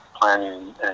planning